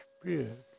spirit